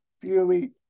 Fury